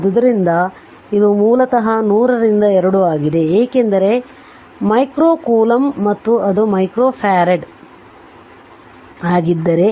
ಆದ್ದರಿಂದ ಇದು ಮೂಲತಃ 100 ರಿಂದ 2 ಆಗಿದೆ ಏಕೆಂದರೆ ಮೈಕ್ರೊ ಕೂಲಂಬ್ ಮತ್ತು ಅದು ಮೈಕ್ರೋಫರಾಡ್ ಆಗಿದ್ದರೆ